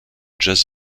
jazz